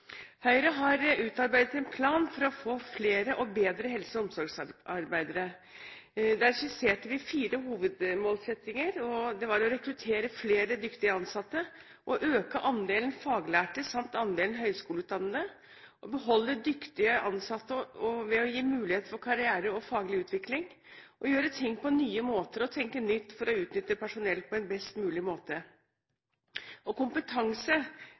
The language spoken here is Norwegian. Høyre har utarbeidet en plan for å få flere og bedre helse- og omsorgsarbeidere. Der skisserte vi fire hovedmålsettinger: å rekruttere flere dyktige ansatte, å øke andelen faglærte samt andelen høyskoleutdannede, å beholde dyktige ansatte ved å gi mulighet for karriere og faglig utvikling, og å gjøre ting på nye måter og tenke nytt for å utnytte personell på en best mulig måte. Kompetanse er nøkkelen til kvalitet i helse- og